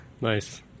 Nice